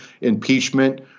impeachment